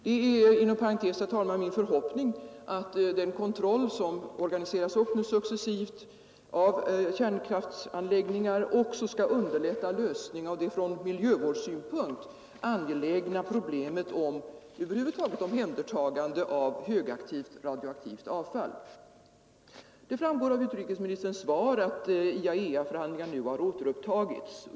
Det är inom parentes, herr talman, min förhoppning att den kontroll av kärnenergianläggningar, vilken nu organiseras upp successivt, också skall underlätta lösningen av det ur miljövårdssynpunkt angelägna problemet med omhändertagande över huvud taget av högaktivt radioaktivt avfall. Det framgår av utrikesministerns svar att IAEA-förhandlingar nu har återupptagits.